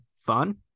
fun